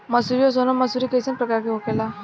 मंसूरी और सोनम मंसूरी कैसन प्रकार होखे ला?